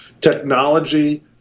Technology